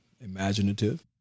imaginative